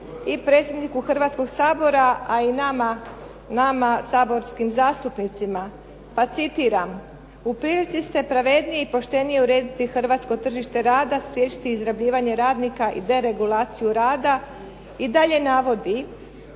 i predsjedniku Hrvatskog sabora a i nama saborskim zastupnicima, pa citiram: "U prilici ste pravednije i poštenije urediti hrvatsko tržište rada, spriječiti izrabljivanje radnika i deregulaciju rada." I dalje navodi: